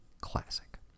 classic